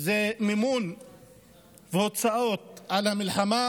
זה מימון והוצאות על המלחמה,